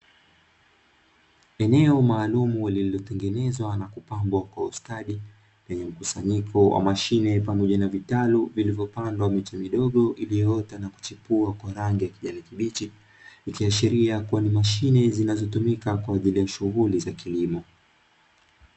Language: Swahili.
Eneo maalumu lililotengenezwa na kupambwa kwa ustadi lenye mkusanyiko wa mashine pamoja na vitalu vilivyopandwa miche midogo iliyoota na kuchipua kwa rangi ya kijani kibichi, ikiashiria kuwa ni mashine zinazotumika kwa ajili ya shughuli za kilimo.